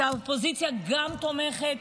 שגם האופוזיציה תומכת,